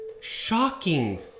Shocking